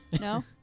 No